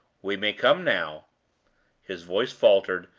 we may come now his voice faltered,